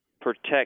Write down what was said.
protect